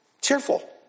cheerful